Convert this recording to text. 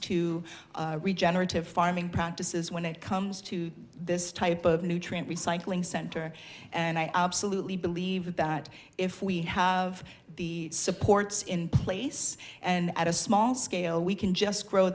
to regenerative farming practices when it comes to this type of nutrient recycling center and i absolutely believe that if we have the supports in place and at a small scale we can just grow